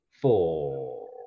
four